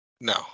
No